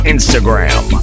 Instagram